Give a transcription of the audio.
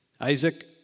Isaac